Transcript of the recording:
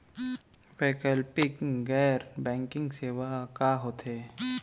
वैकल्पिक गैर बैंकिंग सेवा का होथे?